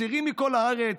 צעירים מכל הארץ,